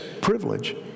privilege